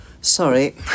Sorry